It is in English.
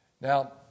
Now